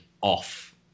off